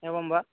एवं वा